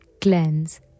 cleanse